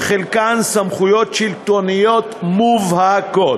שחלקן סמכויות שלטוניות מובהקות,